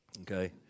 Okay